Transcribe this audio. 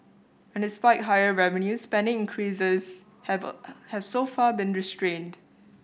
and despite higher revenues spending increases have a have so far been restrained